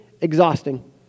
exhausting